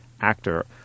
actor